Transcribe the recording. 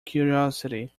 curiosity